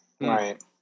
Right